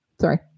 sorry